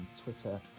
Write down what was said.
Twitter